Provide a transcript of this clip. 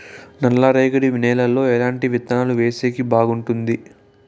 నల్లరేగడి నేలలో ఎట్లాంటి విత్తనాలు వేసేకి బాగుంటుంది?